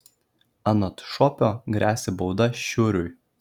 anot šopio gresia bauda šiuriui